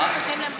שמאלנים,